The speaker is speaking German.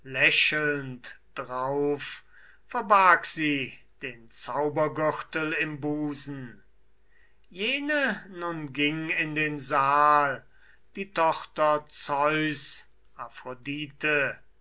drauf verbarg sie den zaubergürtel im busen jene nun ging in den saal die tochter zeus